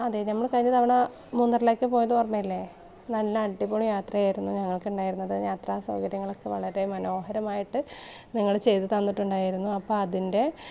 അതെ നമ്മൾ കഴിഞ്ഞ തവണ മൂന്നാറിലേക്ക് പോയത് ഓർമ്മയില്ലേ നല്ല അടിപൊ ളി യാത്ര ആയിരുന്നു ഞങ്ങൾക്കൂണ്ടായിരുന്നത് യാത്ര സൗകര്യങ്ങളക്കെ വളരേ മനോഹരമായിട്ട് നിങ്ങൾ ചെയ്ത് തന്നിട്ടുണ്ടായിരുന്നു അപ്പോൾ അതിൻ്റെ